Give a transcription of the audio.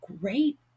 great